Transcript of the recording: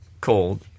called